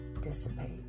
dissipate